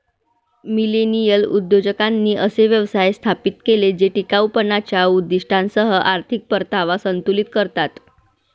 millennial उद्योजकांनी असे व्यवसाय स्थापित केले जे टिकाऊपणाच्या उद्दीष्टांसह आर्थिक परतावा संतुलित करतात